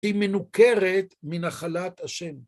היא מנוכרת מנחלת השם.